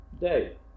day